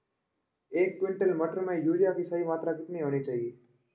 एक क्विंटल मटर में यूरिया की सही मात्रा कितनी होनी चाहिए?